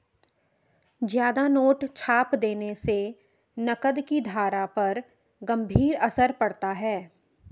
ज्यादा नोट छाप देने से नकद की धारा पर गंभीर असर पड़ता है